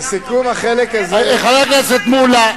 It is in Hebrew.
כל מה שאנחנו אומרים, חבר הכנסת מולה,